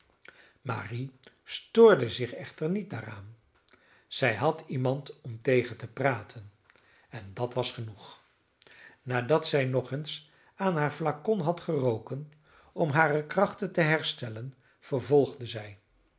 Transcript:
marie stoorde zich echter niet daaraan zij had iemand om tegen te praten en dat was genoeg nadat zij nog eens aan haar flacon had geroken om hare krachten te herstellen vervolgde zij